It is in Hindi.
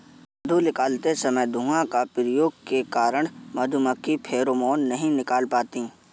मधु निकालते समय धुआं का प्रयोग के कारण मधुमक्खी फेरोमोन नहीं निकाल पाती हैं